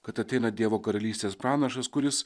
kad ateina dievo karalystės pranašas kuris